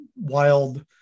wild